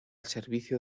servicio